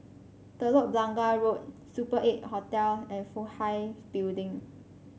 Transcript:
Telok Blangah Road Super Eight Hotel and Fook Hai Building